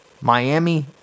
Miami